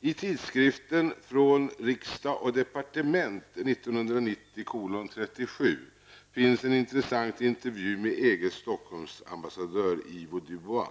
I tidskriften Från Riksdag & Departement nr 37 i år finns en intressant intervju med EGs Stockholmsambassadör Ivo Dubois.